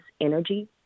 energy